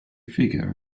figure